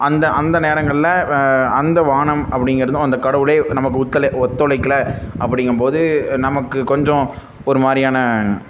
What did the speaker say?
அந்த அந்த நேரங்களில் அந்த வானம் அப்படிங்கிறதும் அந்த கடவுளே நமக்கு ஒத்துழைக்கலை அப்படிங்கும்போது நமக்கு கொஞ்சம் ஒரு மாதிரியான